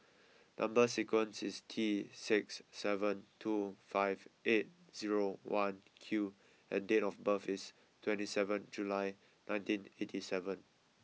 number sequence is T six seven two five eight zero one Q and date of birth is twenty seven July nineteen eighty seven